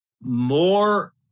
more